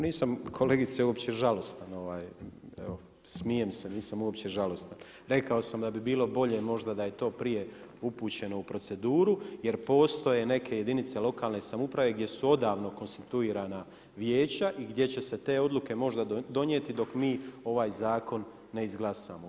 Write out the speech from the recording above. Nisam kolegice uopće žalostan, smijem se nisam uopće žalostan, rekao sam da bi bilo bolje možda da je to prije upućeno u proceduru jer postoje neke jedinice lokalne samouprave gdje su odavno konstituirana vijeća i gdje će se te odluke možda donijeti dok mi ovaj zakon ne izglasamo.